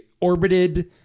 orbited